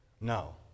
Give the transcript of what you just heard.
No